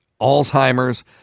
Alzheimer's